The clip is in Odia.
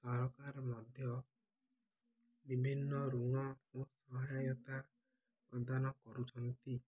ସରକାର ମଧ୍ୟ ବିଭିନ୍ନ ଋଣ ଓ ସହାୟତା ପ୍ରଦାନ କରୁଛନ୍ତି